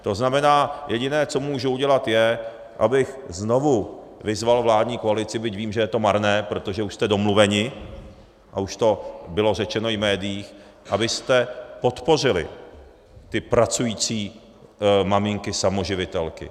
To znamená, jediné, co můžu udělat, je, abych znovu vyzval vládní koalici, byť vím, že je to marné, protože už jste domluveni a už to bylo řečeno i v médiích, abyste podpořili ty pracující maminky samoživitelky.